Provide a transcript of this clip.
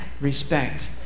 respect